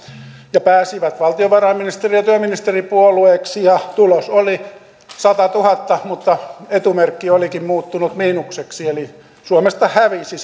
ja pääsivät valtiovarainministeri ja työministeripuolueeksi tulos oli satatuhatta mutta etumerkki olikin muuttunut miinukseksi eli suomesta hävisi